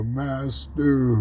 master